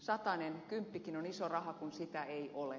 satanen kymppikin on iso raha kun sitä ei ole